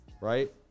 Right